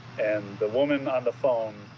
and the woman on the phone,